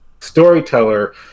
storyteller